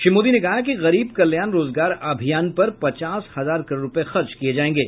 श्री मोदी ने कहा कि गरीब कल्याण रोजगार अभियान पर पचास हजार करोड़ रुपये खर्च किए जाएंगे